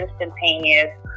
instantaneous